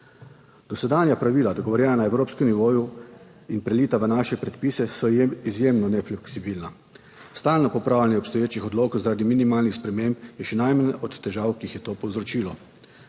Dosedanja pravila dogovorjena na evropskem nivoju in prelita v naše predpise so izjemno nefleksibilna. Stalno popravljanje obstoječih odlokov zaradi minimalnih sprememb, je še najmanj od težav, ki jih je to povzročilo.